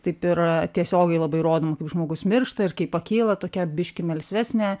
taip ir tiesiogiai labai rodoma kaip žmogus miršta ir kai pakyla tokia biškį melsvesnė